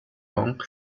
long